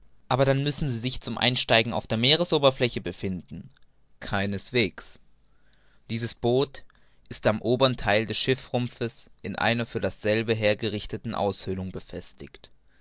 aber dann müssen sie sich zum einsteigen auf der meeresoberfläche befinden keineswegs dieses boot ist am obern theile des schiffsrumpfes in einer für dasselbe hergerichteten aushöhlung befestigt